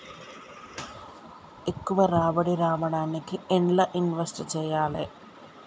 ఎక్కువ రాబడి రావడానికి ఎండ్ల ఇన్వెస్ట్ చేయాలే?